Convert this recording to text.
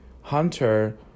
Hunter